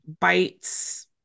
bites